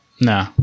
No